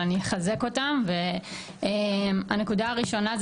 אבל אני אחזק אותם והנקודה הראשונה זה